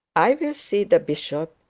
i will see the bishop,